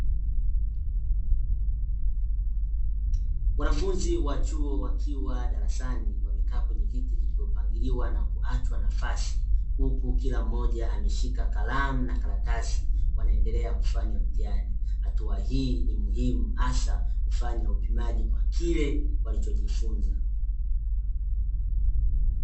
Wanafunzi wa chuo wakiwa darasani wamekaa kwenye viti vilivyopangiliwa na kuachwa nafasi, huku kila mmoja ameshika kalamu na karatasi wanaendelea kufanya mtihani. Hatua hii ni muhimu hasa kufanya upimaji kwa kile walichojifunza.